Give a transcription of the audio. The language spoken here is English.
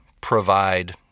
provide